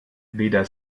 weder